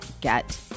get